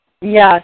Yes